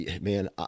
man